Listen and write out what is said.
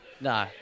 No